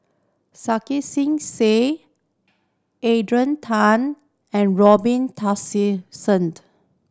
Sarkasi Said Adrian Tan and Robin Tessensohned